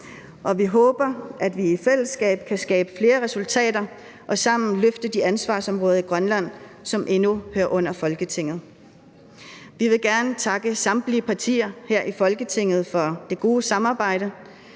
vi håber, at vi i fællesskab kan skabe flere resultater og sammen løfte de ansvarsområder i Grønland, som endnu hører under Folketinget. Vi vil gerne takke samtlige partier her i Folketinget for det gode samarbejde,